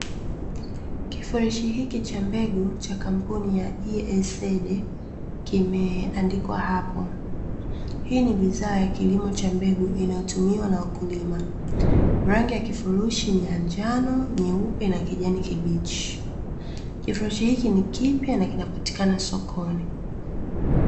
kifurushi hiki cha mbegu cha kampuni ya ES AID kimeandikwa hapo. Hii ni bidhaa ya kilimo ya mbegu inayo tumiwa na wakulima, rangi ya kifurushi ni ya njano, nyeupe na kijani kibichi, kifurushi hichi ni kipya na kinapatikana sokoni.